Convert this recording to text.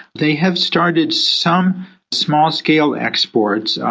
they have started some small-scale exports,